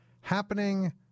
happening